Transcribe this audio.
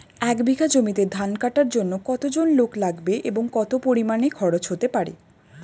এক বিঘা জমিতে ধান কাটার জন্য কতজন লোক লাগবে এবং কত পরিমান খরচ হতে পারে?